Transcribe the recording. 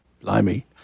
Blimey